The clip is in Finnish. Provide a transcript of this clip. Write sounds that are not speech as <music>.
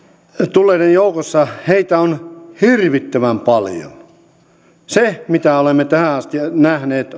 tulleiden joukossa heitä on hirvittävän paljon se mitä olemme tähän asti nähneet <unintelligible>